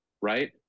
right